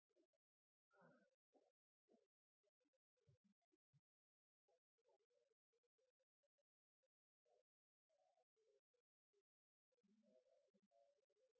kan